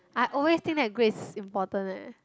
I always think that grades important eh